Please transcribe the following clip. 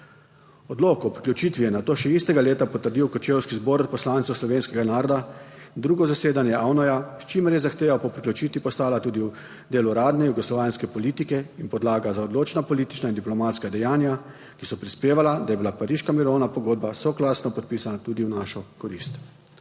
Odlok o priključitvi je nato še istega leta potrdil kočevski Zbor odposlancev slovenskega naroda, drugo zasedanje AVNOJ, s čimer je zahteva po priključitvi postala tudi del uradne jugoslovanske politike in podlaga za odločna politična in diplomatska dejanja, ki so prispevala, da je bila Pariška mirovna pogodba soglasno podpisana tudi v našo korist.